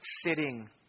sitting